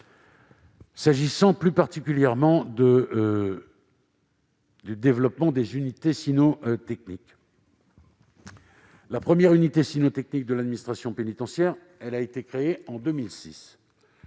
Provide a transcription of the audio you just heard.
S'agissant plus particulièrement du développement des unités cynotechniques, la première d'entre elles au sein de l'administration pénitentiaire a été créée en 2006